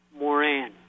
Moran